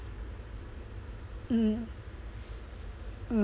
mm mm